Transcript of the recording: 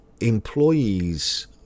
employees